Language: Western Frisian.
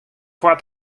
foar